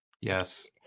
yes